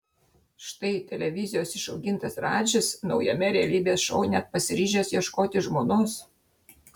štai televizijos išaugintas radžis naujame realybės šou net pasiryžęs ieškoti žmonos